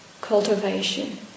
cultivation